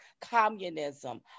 communism